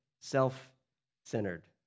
self-centered